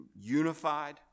unified